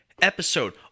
episode